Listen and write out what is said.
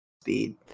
speed